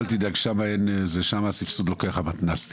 שמה הסבסוד לוקח המתנ"ס,